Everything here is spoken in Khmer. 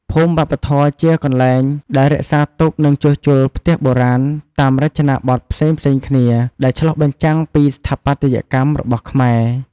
ភូមិវប្បធម៌ជាកន្លែងដែលរក្សាទុក និងជួសជុលផ្ទះបុរាណតាមរចនាបថផ្សេងៗគ្នា ដែលឆ្លុះបញ្ចាំងពីស្ថាបត្យកម្មរបស់ខ្មែរ។